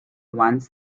ones